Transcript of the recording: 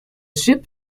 ship